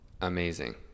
Amazing